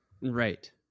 Right